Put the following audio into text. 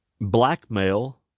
blackmail